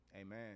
Amen